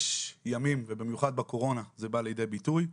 יש ימים, ובמיוחד בקורונה זה בא לידי ביטוי,